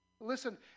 Listen